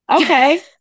Okay